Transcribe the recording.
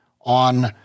on